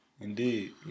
Indeed